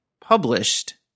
published